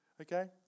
okay